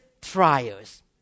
trials